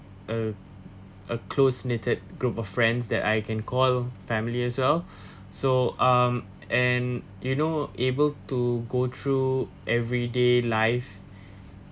a a close knitted group of friends that I can call family as well so um and you know able to go through everyday life